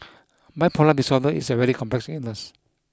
bipolar disorder is a very complex illness